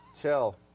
Chill